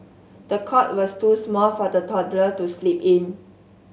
the cot was too small for the toddler to sleep in